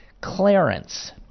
Clarence